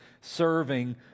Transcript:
serving